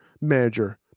manager